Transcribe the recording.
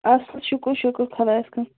اَصٕل شُکُر شُکُر خۄدایس کُن